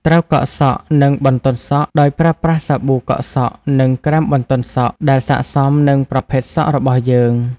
ត្រូវកក់សក់ និងបន្ទន់សក់ដោយប្រើប្រាស់សាប៊ូកក់សក់ និងក្រែមបន្ទន់សក់ដែលសាកសមនឹងប្រភេទសក់របស់យើង ។